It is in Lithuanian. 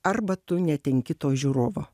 arba tu netenki to žiūrovo